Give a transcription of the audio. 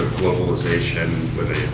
globalization with a